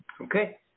Okay